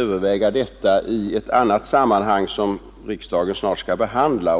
överväga detta i en annan fråga, som riksdagen snart skall behandla.